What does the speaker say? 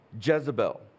Jezebel